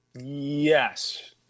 Yes